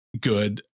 good